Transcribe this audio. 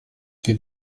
wir